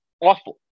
awful